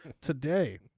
today